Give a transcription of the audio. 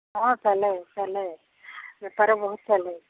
ହଁ ଚାଲେ ଚାଲେ ବେପାର ବହୁତ ଚାଲେ